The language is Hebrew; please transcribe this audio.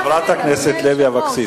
חברת הכנסת לוי אבקסיס,